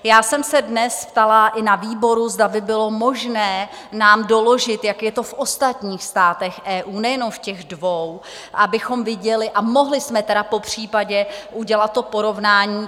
Já jsem se dnes ptala i na výboru, zda by bylo možné nám doložit, jak je to v ostatních státech EU, nejenom v těch dvou, abychom viděli a mohli jsme tedy popřípadě udělat to porovnání.